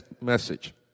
message